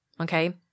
okay